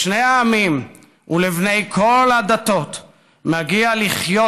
לשני העמים ולבני כל הדתות מגיע לחיות